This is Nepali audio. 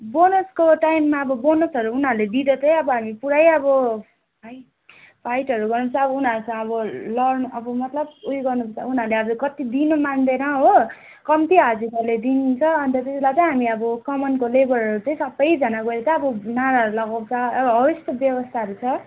बोनसको टाइममा अब बोनसहरू उनीहरूले दिँदा चाहिँ अब हामी पुरै अब फाइटहरू गर्नुपर्छ अब उनीहरूसँग अब लड्नु अब मतलब उयो गर्नुपर्छ उनीहरूले अब कति दिनु मान्दैन हो कम्ती हाजिराले दिन्छ अन्त त्यतिबेला चाहिँ हामी अब कमानको लेबरहरू चाहिँ सबैजना गएर चाहिँ अब नाराहरू लगाउँछ हो यस्तो व्यवस्थाहरू छ